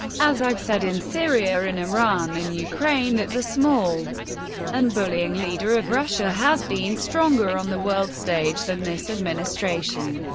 as i've said in syria, in iran, in ukraine, that the small and bullying leader of russia has been stronger on the world stage than this administration,